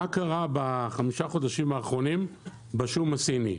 מה קרה בחמשת החודשים האחרונים בשום הסיני.